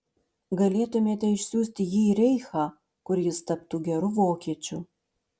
galėtumėte išsiųsti jį į reichą kur jis taptų geru vokiečiu